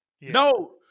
No